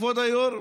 כבוד היושב-ראש,